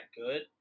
good